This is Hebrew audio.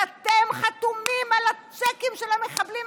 ואתם חתומים על הצ'קים של המחבלים?